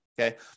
okay